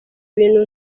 ibintu